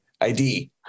ID